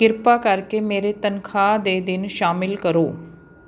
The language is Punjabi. ਕਿਰਪਾ ਕਰਕੇ ਮੇਰੇ ਤਨਖਾਹ ਦੇ ਦਿਨ ਸ਼ਾਮਿਲ ਕਰੋ